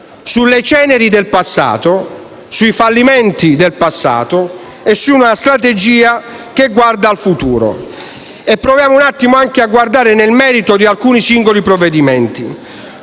sulle ceneri e i fallimenti del passato e su una strategia che guarda al futuro. Proviamo anche a guardare nel merito di alcuni singoli provvedimenti.